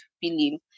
feeling